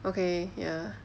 okay ya